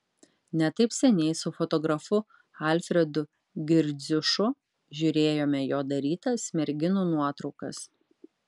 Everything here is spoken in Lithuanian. ne taip seniai su fotografu alfredu girdziušu žiūrėjome jo darytas merginų nuotraukas